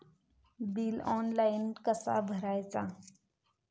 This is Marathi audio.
बिल ऑनलाइन कसा भरायचा?